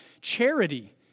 charity